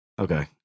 Okay